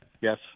yes